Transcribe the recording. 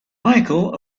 michael